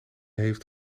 heeft